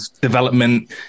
development